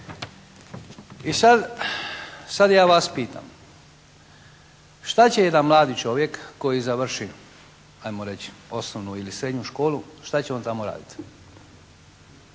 I sad ja vas pitam. Šta će jedan mladi čovjek koji završi ajmo reći osnovnu ili srednju školu, šta će on tamo raditi?